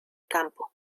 campo